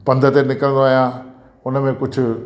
पंध ते निकिरंदो आहियां उन में कुझु